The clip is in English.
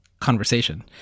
conversation